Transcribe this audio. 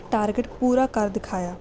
target ਪੂਰਾ ਕਰ ਦਿਖਾਇਆ